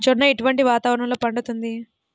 జొన్న ఎటువంటి వాతావరణంలో పండుతుంది?